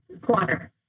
quarter